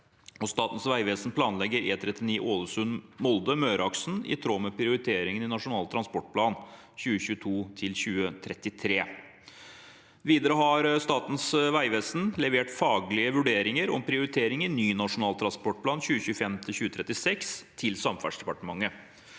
Statens vegvesen planlegger E39 Ålesund–Molde, Møreaksen, i tråd med prioriteringene i Nasjonal transportplan 2022–2033. Videre har Statens vegvesen levert faglige vurderinger om prioriteringer i ny Nasjonal transportplan 2025– 2036 til Samferdselsdepartementet.